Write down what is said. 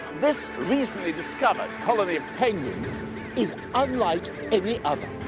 this recently discovered colony of penguins is unlike any other